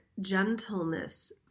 gentleness